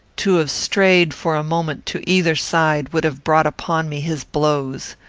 to have strayed, for a moment, to either side, would have brought upon me his blows.